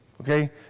Okay